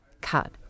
cut